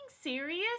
serious